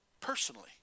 personally